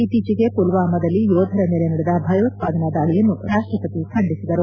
ಇತ್ತೀಚೆಗೆ ಮಲ್ವಾಮಾದಲ್ಲಿ ಯೋಧರ ಮೇಲೆ ನಡೆದ ಭಯೋತ್ಪಾದನಾ ದಾಳಿಯನ್ನು ರಾಷ್ಷಪತಿ ಖಂಡಿಸಿದರು